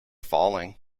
falling